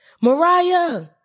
Mariah